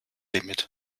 limit